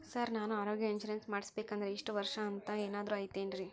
Sir ನಾನು ಆರೋಗ್ಯ insurance ಮಾಡಿಸ್ಬೇಕಂದ್ರೆ ಇಷ್ಟ ವರ್ಷ ಅಂಥ ಏನಾದ್ರು ಐತೇನ್ರೇ?